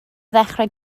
ddechrau